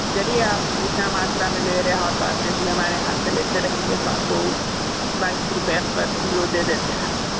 चलिए आप इतना मात्रा में ले रहे हो तो बाद में भी हमारे यहाँ से लेते रहेंगे तो आपको बाईस रुपया पर किलो दे देते हैं